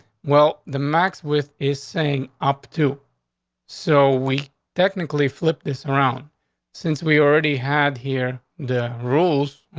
well, the max with is saying up to so we technically flip this around since we already had here the rules,